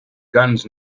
guns